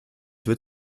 wird